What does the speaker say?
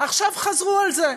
ועכשיו חזרו על זה.